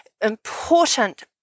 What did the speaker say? important